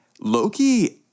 Loki